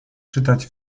czytać